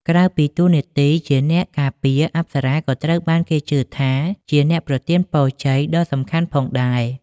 ក្រៅពីតួនាទីជាអ្នកការពារ អប្សរក៏ត្រូវបានគេជឿថាជាអ្នកប្រទានពរជ័យដ៏សំខាន់ផងដែរ។